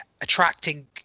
attracting